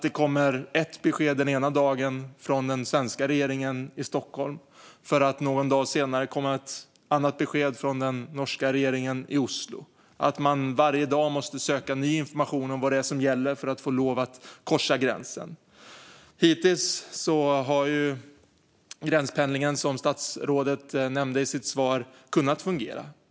Det kommer ett besked ena dagen från den svenska regeringen i Stockholm och ett annat besked från den norska regeringen i Oslo någon dag senare. Varje dag måste man söka ny information om vad som gäller för att få lov att korsa gränsen. Hittills har gränspendlingen, som statsrådet nämnde i sitt svar, kunnat fungera.